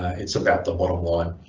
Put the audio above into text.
it's about the bottom line